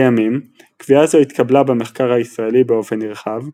לימים, קביעה זו התקבלה במחקר הישראלי באופן נרחב,